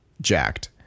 jacked